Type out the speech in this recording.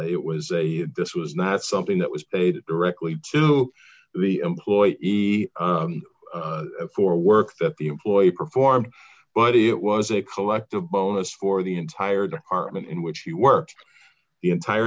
it was a this was not something that was aid directly to the employer he for work that the employee performed but it was a collective bonus for the entire department in which he worked the entire